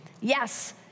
Yes